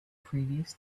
previous